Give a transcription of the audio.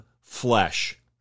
flesh